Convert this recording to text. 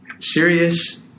serious